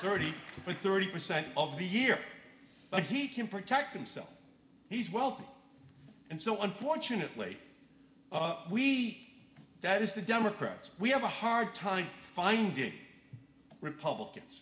thirty thirty percent of the year but he can protect himself he's wealthy and so unfortunately we that is the democrats we have a hard time finding republicans